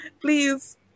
Please